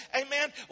Amen